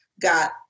got